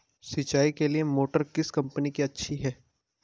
सिंचाई के लिए मोटर किस कंपनी की अच्छी है?